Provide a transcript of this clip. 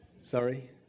Sorry